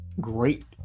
great